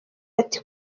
ati